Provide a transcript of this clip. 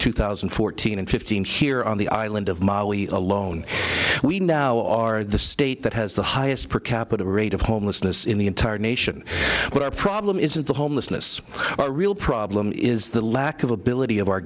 two thousand and fourteen and fifteen here on the island of mali alone we now are the state that has the highest per capita rate of homelessness in the entire nation but our problem isn't the homelessness our real problem is the lack of ability of our